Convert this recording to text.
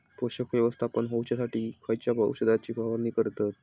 पोषक व्यवस्थापन होऊच्यासाठी खयच्या औषधाची फवारणी करतत?